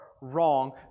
wrong